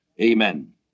Amen